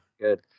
Good